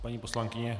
Paní poslankyně.